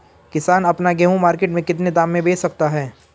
किसान अपना गेहूँ मार्केट में कितने दाम में बेच सकता है?